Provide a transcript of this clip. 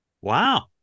Wow